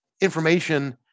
information